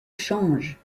change